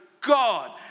God